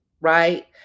right